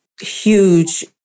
huge